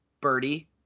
birdie